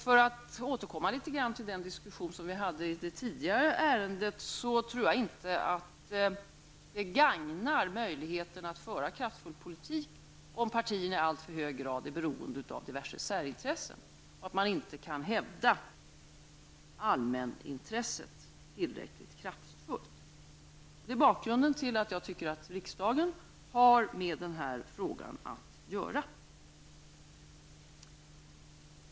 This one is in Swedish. För att återkomma till den diskussion som vi hade i det tidigare ärendet vill jag säga att jag inte tror att det gagnar möjligheterna att föra en kraftfull politik om partierna i alltför hög grad är beroende av diverse särintressen, så att man inte kan hävda allmänintresset tillräckligt kraftfullt. Detta är bakgrunden till att jag tycker att riksdagen har med den här frågan att göra.